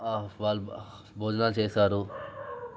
వాళ్ళు భో భోజనాలు చేసారు